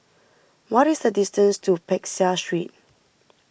what is the distance to Peck Seah Street